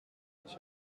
sich